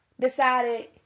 Decided